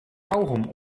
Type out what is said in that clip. kauwgom